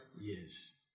Yes